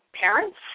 parents